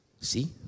See